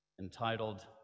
entitled